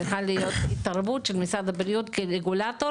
צריכה להיות התערבות של משרד הבריאות כרגולטור